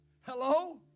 Hello